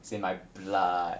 it's in my blood